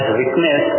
witness